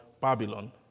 Babylon